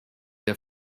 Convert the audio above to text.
der